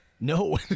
No